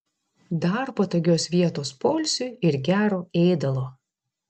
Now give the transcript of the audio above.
dar patogios vietos poilsiui ir gero ėdalo